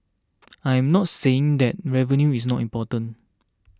I am not saying that revenue is not important